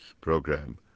program